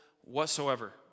whatsoever